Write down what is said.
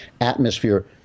atmosphere